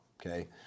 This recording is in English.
okay